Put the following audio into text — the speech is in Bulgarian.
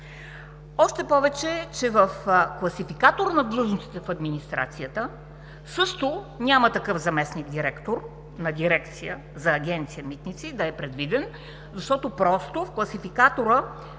Още повече че в Класификатора на длъжностите в администрацията също няма такъв „заместник-директор“ на дирекция за Агенция „Митници“ да е предвиден, защото в Класификатора